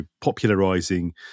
popularizing